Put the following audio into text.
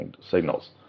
signals